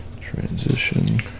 Transition